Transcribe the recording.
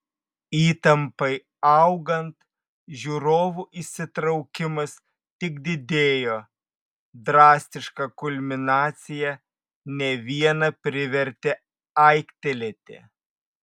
įtampai augant žiūrovų įsitraukimas tik didėjo drastiška kulminacija ne vieną privertė aiktelėti